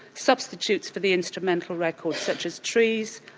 substitutes for the instrumental records such as trees,